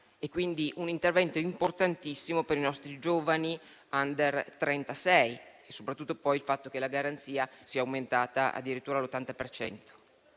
quindi è un intervento importantissimo per i nostri giovani *under* 36, soprattutto per il fatto che la garanzia sia aumentata addirittura all'80